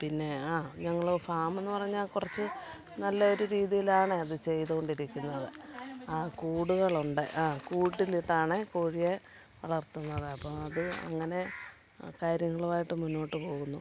പിന്നെ ആ ഞങ്ങള് ഫാമെന്ന് പറഞ്ഞാല് കുറച്ച് നല്ല ഒരു രീതിയിലാണെ അത് ചെയ്തോണ്ടിരിക്കുന്നത് ആ കൂടുകളുണ്ട് ആ കൂട്ടിലിട്ടാണ് കോഴിയെ വളർത്തുന്നത് അപ്പോള് അത് അങ്ങനെ ആ കാര്യങ്ങളുമായിട്ട് മുന്നോട്ട് പോകുന്നു